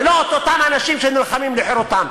ולא את אותם אנשים שנלחמים לחירותם.